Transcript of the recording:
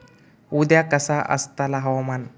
उद्या कसा आसतला हवामान?